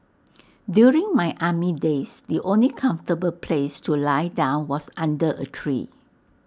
during my army days the only comfortable place to lie down was under A tree